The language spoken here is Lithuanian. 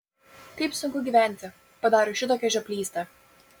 kaip sunku gyventi padarius šitokią žioplystę